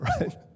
right